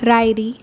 Rairi